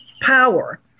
power